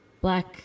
black